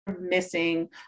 missing